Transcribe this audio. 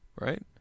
right